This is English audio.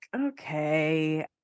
okay